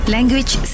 Language